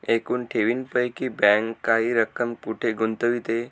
एकूण ठेवींपैकी बँक काही रक्कम कुठे गुंतविते?